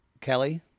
Kelly